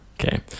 Okay